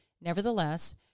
Nevertheless